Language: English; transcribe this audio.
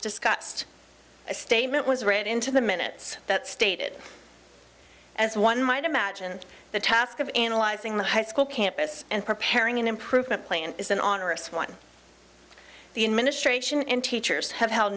discussed a statement was read into the minutes that stated as one might imagine the task of analyzing the high school campus and preparing an improvement plan is an honor it's one the administration and teachers have held